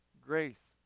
grace